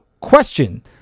question